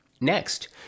Next